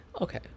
Okay